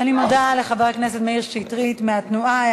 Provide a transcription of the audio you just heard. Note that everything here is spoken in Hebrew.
אני מודה לחבר הכנסת מאיר שטרית מהתנועה.